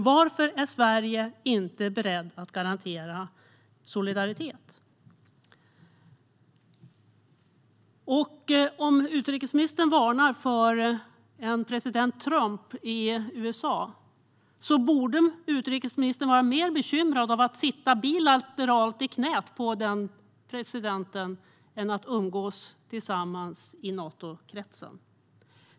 Varför är Sverige inte berett att garantera solidaritet? Om utrikesministern varnar för en president Trump i USA så borde utrikesministern vara mer bekymrad av att sitta bilateralt i knät på den presidenten än att umgås tillsammans i Natokretsen.